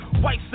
white